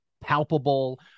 palpable